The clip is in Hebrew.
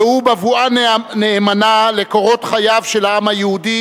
והוא בבואה נאמנה לקורות חיי העם היהודי